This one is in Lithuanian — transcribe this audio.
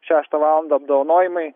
šeštą valandą apdovanojimai